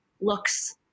looks